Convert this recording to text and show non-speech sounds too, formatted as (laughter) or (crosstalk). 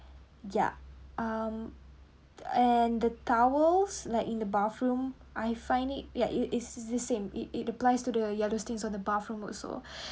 yup um and the towels like in the bathroom I find it ya it's it's the same it it applies to the yellow things on the bathroom also (breath)